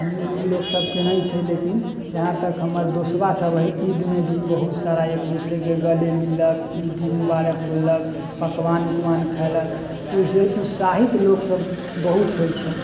लोग सबके नहि छै लेकिन जहाँ तक हमर दोस्तबा सब हय ईदमे भी बहुत सारा एक दोसरेके गले मिललक ईदी मुबारक बोललक पकवान उकवान खैलक उत्साहित लोकसब बहुत होइ छै